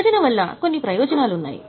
విభజన వలన కొన్ని ప్రయోజనాలు ఉన్నాయి